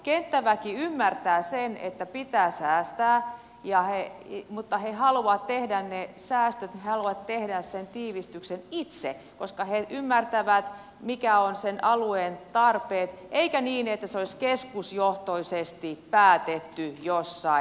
kenttäväki ymmärtää sen että pitää säästää mutta he haluavat tehdä ne säästöt he haluavat tehdä sen tiivistyksen itse koska he ymmärtävät mitkä ovat sen alueen tarpeet eikä niin että se olisi keskusjohtoisesti päätetty jossain